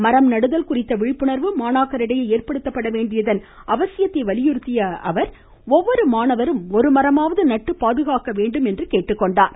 மரம்நடுதல் குறித்த விழிப்புணா்வு மாணாக்கரிடையே ஏற்படுத்தப்பட வேண்டியதன் அவசியத்தை வலியுறுத்திய அவர் ஒவ்வொரு மாணவரும் ஒரு மரமாவது நட்டு பாதுகாக்க வேண்டும் என்றார்